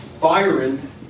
Byron